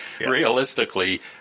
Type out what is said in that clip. Realistically